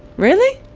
really?